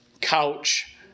couch